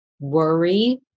worry